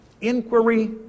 Inquiry